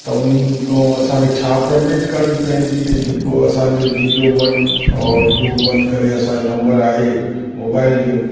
त उन खां असांखे छा पेमेंट करणी पवंदी इहा जेको असांजो जीरो वन और टू वन करे असांजो नम्बर आहे मोबाइल जो